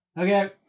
Okay